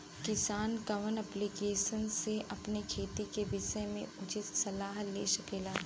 किसान कवन ऐप्लिकेशन से अपने खेती के विषय मे उचित सलाह ले सकेला?